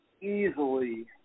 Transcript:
easily